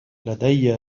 لدي